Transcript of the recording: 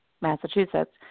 massachusetts